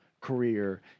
career